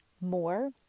more